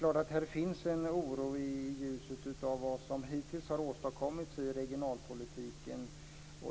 Jag känner en oro i ljuset av vad som hittills har åstadkommits i regionalpolitiken.